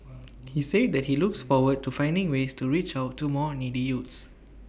he said that he looks forward to finding ways to reach out to more needy youths